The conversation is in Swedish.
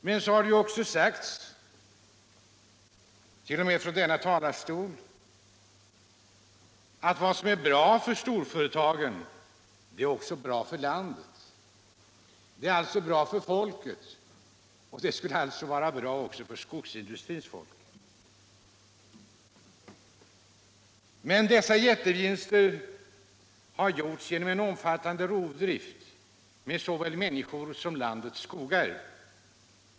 Men så har det också sagts — t.o.m. från denna talarstol — att vad som är bra för storföretagen, det är bra för landet och för folket och skulle alltså vara bra också för de lönearbetande inom skogsindustrin. Jättevinsterna har dock gjorts genom en omfattande rovdrift av såväl människor som landets skogar.